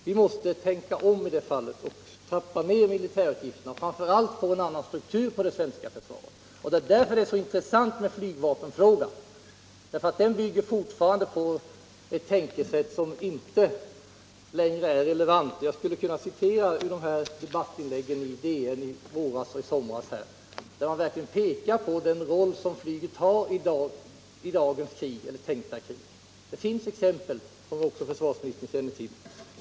Vi måste tänka om och trappa ned militärutgifterna. Vi måste framför allt se till att det svenska försvaret får en annan struktur. Det är därför frågan om flygvapnet är så intressant. Flygvapnet bygger på ett tänkesätt som inte längre är relevant. Jag skulle kunna citera ur de här debattinläggen i DN i våras och i somras, där man verkligen pekade på den roll som flyget har i dagens tänkta krig.